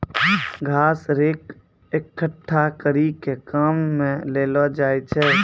घास रेक एकठ्ठा करी के काम मे लैलो जाय छै